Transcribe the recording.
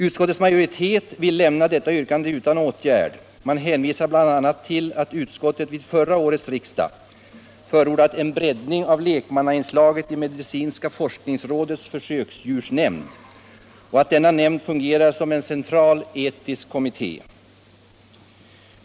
Utskottets majoritet vill lämna detta yrkande utan åtgärd. Man hänvisar bl.a. till att utskottet vid förra årets riksdag förordat en breddning av lekmannainslaget i medicinska forskningsrådets försöksdjursnämnd och att denna nämnd fungerar som en central etisk kommitté.